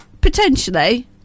potentially